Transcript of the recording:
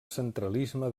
centralisme